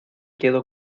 quedo